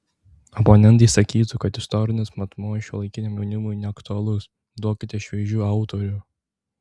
oponentai sakytų kad istorinis matmuo šiuolaikiniam jaunimui neaktualus duokite šviežių autorių